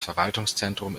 verwaltungszentrum